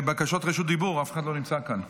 בקשות רשות דיבור, אף אחד לא נמצא כאן.